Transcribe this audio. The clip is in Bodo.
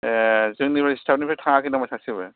ए जोंनिफ्राय स्थाफ निफ्राय थाङाखै नामा सासेबो